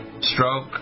stroke